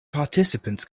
participants